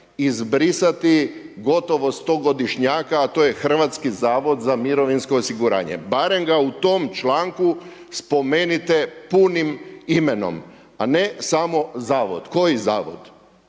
izbrisati gotovo stogodišnjaka, a to je Hrvatski zavod za mirovinsko osiguranje, barem ga u tom članku spomenite punim imenom, a ne samo Zavod. Koji Zavod?